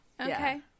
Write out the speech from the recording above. Okay